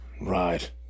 Right